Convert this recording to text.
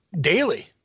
daily